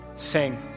sing